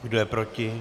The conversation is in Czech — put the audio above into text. Kdo je proti?